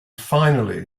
finally